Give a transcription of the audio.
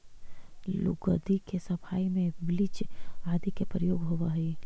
लुगदी के सफाई में ब्लीच आदि के प्रयोग होवऽ हई